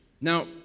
Now